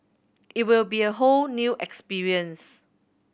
it will be a whole new experience